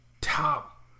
top